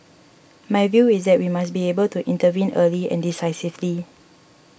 my view is that we must be able to intervene early and decisively